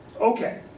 Okay